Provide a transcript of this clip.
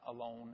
alone